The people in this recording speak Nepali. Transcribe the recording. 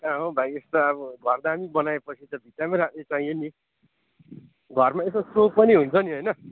कहाँ हौ भाइ यस्तो अब घर दामी बनाएपछि त भित्तामै राख्ने चाहियो नि घरमा यसो सो पनि हुन्छ नि होइन